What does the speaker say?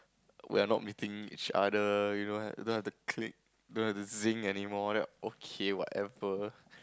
we are not meeting each other you know we don't have the click don't have the zing anymore then I was like okay whatever